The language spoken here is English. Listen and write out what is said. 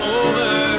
over